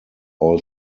all